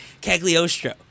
Cagliostro